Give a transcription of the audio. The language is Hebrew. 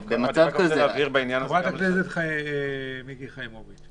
חברת הכנסת מיקי חיימוביץ',